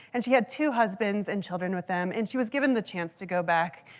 and she had two husbands and children with them. and she was given the chance to go back,